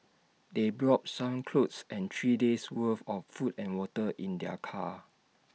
they brought some clothes and three days' worth of food and water in their car